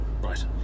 Right